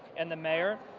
and the mayor.